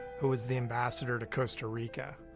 who was the ambassador to costa rica.